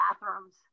bathrooms